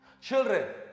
Children